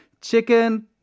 chicken